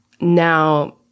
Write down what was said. Now